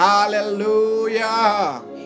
Hallelujah